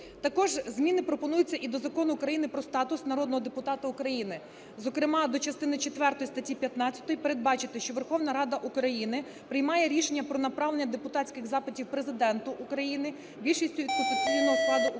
Також змини пропонуються і до Закону України "Про статус народного депутата України", зокрема до частини четвертої статті 15 передбачити, що Верховна Рада України приймає рішення про направлення депутатських запитів Президенту України більшістю від конституційного складу Верховної